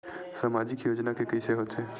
सामाजिक योजना के कइसे होथे?